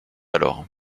alors